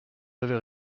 avez